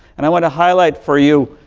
and i want to highlight for you,